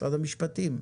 במשרד המשפטים.